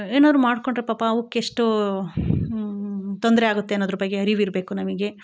ಏನಾರು ಮಾಡಿಕೊಂಡ್ರೆ ಪಾಪ ಅವಕ್ಕೆ ಎಷ್ಟು ತೊಂದರೆಯಾಗುತ್ತೆ ಅನ್ನೋದ್ರ ಬಗ್ಗೆ ಅರಿವಿರಬೇಕು ನಮಗೆ